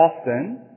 often